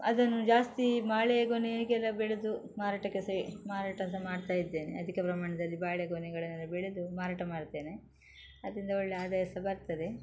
ಅದನ್ನು ಜಾಸ್ತಿ ಬಾಳೆ ಗೊನೆಗೆಲ್ಲ ಬೆಳೆದು ಮಾರಾಟಕ್ಕೆ ಸಹ ಮಾರಾಟ ಸಹ ಮಾಡ್ತಾಯಿದ್ದೇನೆ ಅಧಿಕ ಪ್ರಮಾಣದಲ್ಲಿ ಬಾಳೆ ಗೊನೆಗಳನ್ನು ಬೆಳೆದು ಮಾರಾಟ ಮಾಡುತ್ತೇನೆ ಅದರಿಂದ ಒಳ್ಳೆಯ ಆದಾಯ ಸಹ ಬರ್ತದೆ